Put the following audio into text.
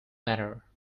manner